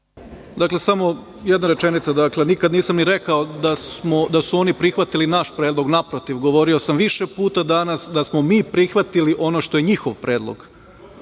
Samo jedna rečenica. Dakle, nikada nisam ni rekao da su oni prihvatili naš predlog. Naprotiv, govorio sam više puta danas da smo mi prihvatili ono što je njihov predlog.